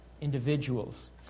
individuals